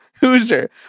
Hoosier